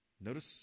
notice